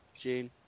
Gene